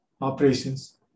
operations